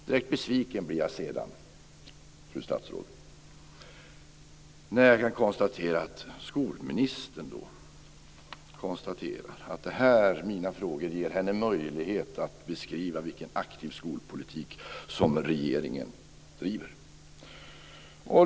Direkt besviken blev jag sedan, fru statsråd, när jag kunde konstatera att skolministern konstaterar att mina frågor ger henne möjlighet att beskriva vilken aktiv skolpolitik som regeringen driver.